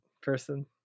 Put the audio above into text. person